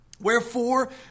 Wherefore